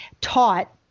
taught